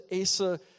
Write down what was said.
Asa